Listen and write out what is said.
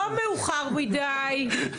לא מאוחר מידי.